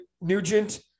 Nugent